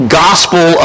gospel